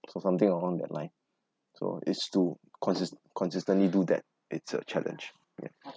so something along that line so it's to consis~ consistently do that it's a challenge ya